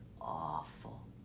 awful